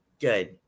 Good